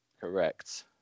correct